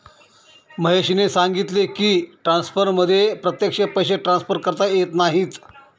महेशने सांगितले की, ट्रान्सफरमध्ये प्रत्यक्ष पैसे ट्रान्सफर करता येत नाहीत